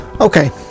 okay